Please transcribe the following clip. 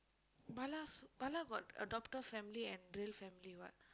Bala's Bala got adopted family and real family what